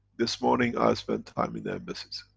this morning i spent time in embassies.